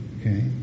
Okay